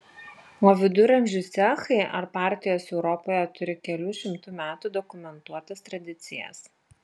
o viduramžių cechai ar partijos europoje turi kelių šimtų metų dokumentuotas tradicijas